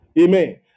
Amen